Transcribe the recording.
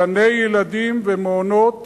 גני-ילדים ומעונות